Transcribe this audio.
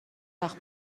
وقت